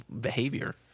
behavior